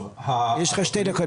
יש לך שתי דקות.